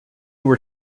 were